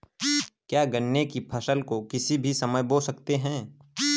क्या गन्ने की फसल को किसी भी समय बो सकते हैं?